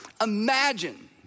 imagine